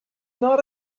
not